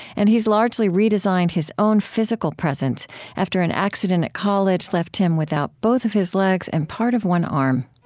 and he's largely redesigned his own physical presence after an accident at college left him without both of his legs and part of one arm.